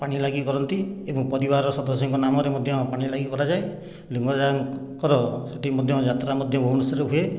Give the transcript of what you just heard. ପାଣି ଲାଗି କରନ୍ତି ଏବଂ ପରିବାର ସଦସ୍ୟଙ୍କ ନାମରେ ମଧ୍ୟ ପାଣି ଲାଗି କରାଯାଏ ଲିଙ୍ଗରାଜାଙ୍କର ସେ'ଠି ମଧ୍ୟ ଯାତ୍ରା ମଧ୍ୟ ଭୁବନେଶ୍ୱରେ ହୁଏ